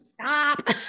stop